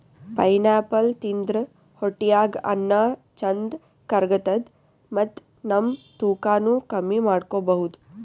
pineapple ತಿಂದ್ರ್ ಹೊಟ್ಟ್ಯಾಗ್ ಅನ್ನಾ ಚಂದ್ ಕರ್ಗತದ್ ಮತ್ತ್ ನಮ್ ತೂಕಾನೂ ಕಮ್ಮಿ ಮಾಡ್ಕೊಬಹುದ್